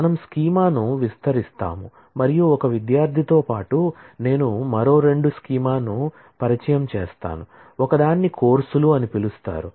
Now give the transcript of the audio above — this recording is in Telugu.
మనం స్కీమాను విస్తరిస్తాము మరియు ఒక విద్యార్థితో పాటు నేను మరో రెండు స్కీమాను పరిచయం చేస్తాను ఒకదాన్ని కోర్సులు అని పిలుస్తారు